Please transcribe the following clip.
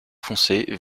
foncé